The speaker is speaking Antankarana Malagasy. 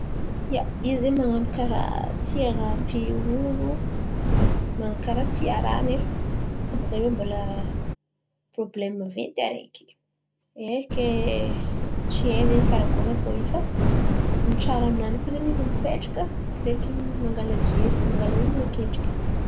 Za izy zen̈y man̈ano tia an̈ampy olo man̈ano karà tia raha, nefa baka io bala porobolemo maventy areky. Ke tsie zen̈y karakory atô izy fa, ny tsara aminany fo zen̈y izy mipetraka, reky mangala jery, mangala honon̈o ankendreky.